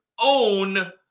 own